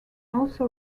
also